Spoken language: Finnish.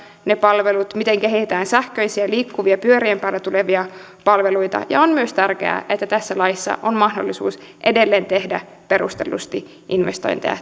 ne palvelut miten kehitetään sähköisiä liikkuvia pyörien päällä tulevia palveluita ja on myös tärkeää että tässä laissa on mahdollisuus edelleen tehdä perustellusti investointeja